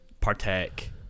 partake